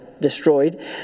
destroyed